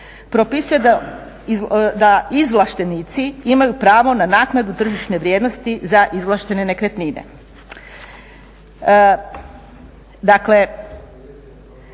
propisuje da izvlaštenici imaju pravo na naknadu tržišne vrijednosti za izvlaštene nekretnine.